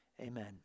Amen